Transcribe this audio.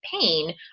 pain